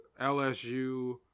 LSU